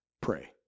pray